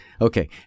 Okay